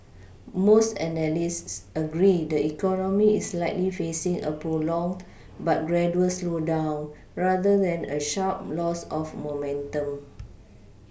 most analysts agree the economy is likely facing a prolonged but gradual slowdown rather than a sharp loss of momentum